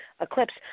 Eclipse